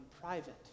private